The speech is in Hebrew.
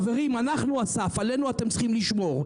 חברים, אנחנו הסף; עלינו אתם צריכים לשמור.